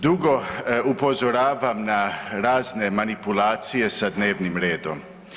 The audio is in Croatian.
Drugo upozoravam na razne manipulacije sa dnevnim redom.